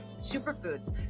superfoods